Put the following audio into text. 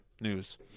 news